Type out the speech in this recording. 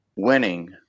Winning